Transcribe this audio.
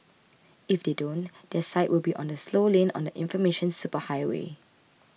if they don't their site will be on the slow lane on the information superhighway